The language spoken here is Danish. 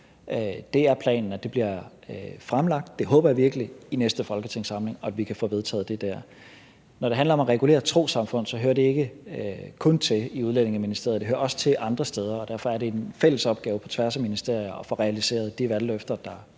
er det planen bliver fremlagt – det håber jeg virkelig – i næste folketingssamling, og at vi der kan få det vedtaget. Når det handler om at regulere trossamfund, hører det ikke kun til i Udlændingeministeriet, men det hører også til andre steder, og derfor er det en fælles opgave på tværs af ministerier at få realiseret de valgløfter, der